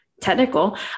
technical